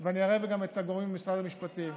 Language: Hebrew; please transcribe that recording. ואני אערב גם את הגורמים במשרד המשפטים.